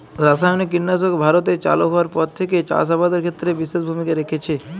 রাসায়নিক কীটনাশক ভারতে চালু হওয়ার পর থেকেই চাষ আবাদের ক্ষেত্রে বিশেষ ভূমিকা রেখেছে